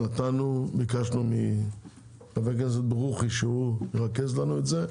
ביקשנו מחבר הכנסת ברוכי שירכז לנו את זה.